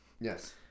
Yes